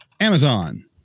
Amazon